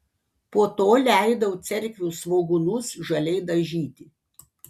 po to leidau cerkvių svogūnus žaliai dažyti